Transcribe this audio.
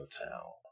hotel